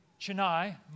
Chennai